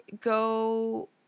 go